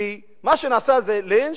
כי מה שנעשה זה לינץ'